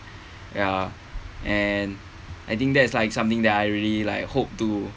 ya and I think that is like something that I really like hope to